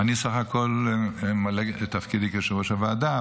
אני בסך הכול ממלא את תפקידי כיושב-ראש הוועדה,